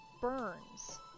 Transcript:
burns